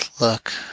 look